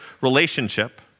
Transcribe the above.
relationship